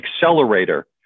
accelerator